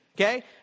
okay